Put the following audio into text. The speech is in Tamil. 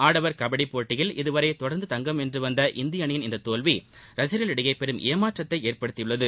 ஆடவர் கபடிப் போட்டியில் இதுவரை தொடர்ந்து தங்கம் வென்று வந்த இந்திய அணியின் இந்த தோல்வி ரசிக்களிடையே பெரும் ஏமாற்றத்தை ஏற்படுத்தியுள்ளது